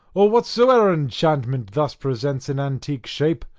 or whatsoe'er enchantment thus presents in antique shape,